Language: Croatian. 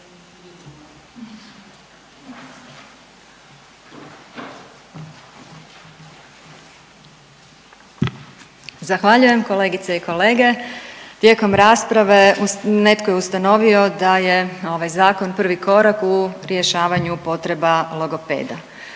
Zahvaljujem kolegice i kolege. Tijekom rasprave netko je ustanovio da je ovaj zakon prvi korak u rješavanju potreba logopeda,